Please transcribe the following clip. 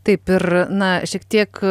taip ir na šiek tiek